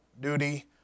duty